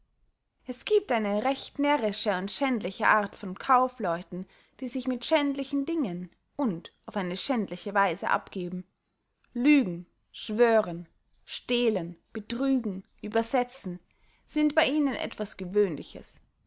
es giebt eine recht närrische und schändliche art von kaufleuten die sich mit schändlichen dingen und auf eine schändliche weise abgeben lügen schwören stehlen betrügen übersetzen sind bey ihnen etwas gewöhnliches